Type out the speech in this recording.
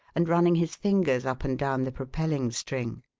and running his fingers up and down the propelling string.